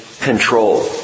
control